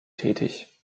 tätig